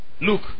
Look